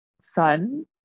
son